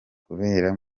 kubera